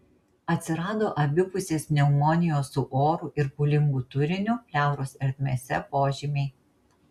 atsirado abipusės pneumonijos su oru ir pūlingu turiniu pleuros ertmėse požymiai